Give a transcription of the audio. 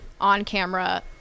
on-camera